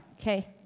Okay